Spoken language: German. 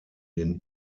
den